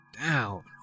down